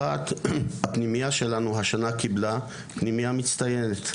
אחת, הפנימייה שלנו השנה קיבלה פנימייה מצטיינת.